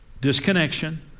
disconnection